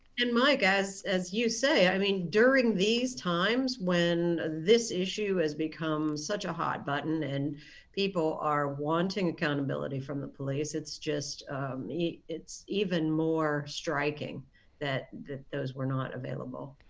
and mike, as as you say, i mean, during these times, when this issue has become such a hot button and people are wanting accountability from the police, it's just it's even more striking that that those were not available.